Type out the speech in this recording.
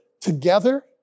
together